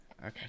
okay